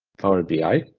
power bi,